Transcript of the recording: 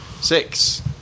Six